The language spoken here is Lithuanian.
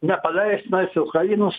nepaleis nais ukrainos